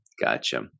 Gotcha